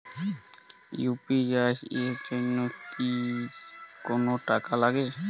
UPI এর জন্য কি কোনো টাকা লাগে?